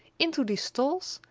into these stalls,